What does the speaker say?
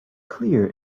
clear